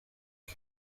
bwe